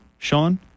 Sean